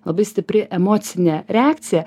labai stipri emocinė reakcija